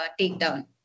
takedown